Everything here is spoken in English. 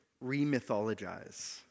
re-mythologize